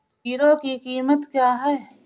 Hero की कीमत क्या है?